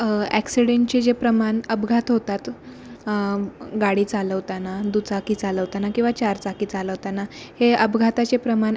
ॲक्सिडेंटचे जे प्रमाण अपघात होतात गाडी चालवताना दुचाकी चालवताना किंवा चार चाकी चालवताना हे अपघाताचे प्रमाण